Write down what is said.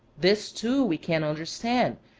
this too we can understand,